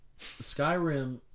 Skyrim